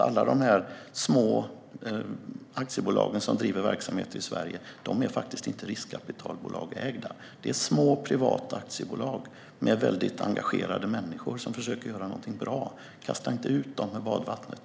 Alla små aktiebolag som bedriver verksamheter i Sverige är faktiskt inte riskkapitalbolagsägda. Det är små privata aktiebolag med väldigt engagerade människor som försöker att göra någonting bra. Kasta inte ut dem med badvattnet!